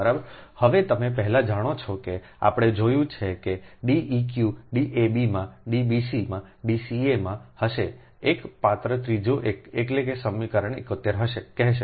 બરાબર હવે તમે પહેલાં જાણો છો કે આપણે જોયું છે કે D eq D ab માં D bc માં D ca હશે એક પાત્ર ત્રીજા એટલે કે સમીકરણ 71 કહેશે